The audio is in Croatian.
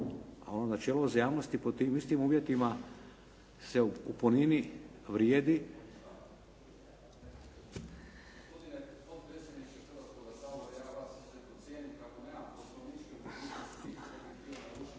A ovo načelu uzajamnosti po tim istim uvjetima se u punini vrijedi.